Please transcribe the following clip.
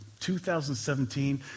2017